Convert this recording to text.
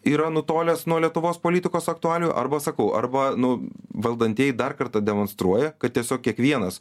yra nutolęs nuo lietuvos politikos aktualijų arba sakau arba nu valdantieji dar kartą demonstruoja kad tiesiog kiekvienas